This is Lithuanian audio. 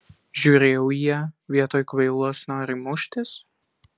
žiūrėjau į ją vietoj kvailos nori muštis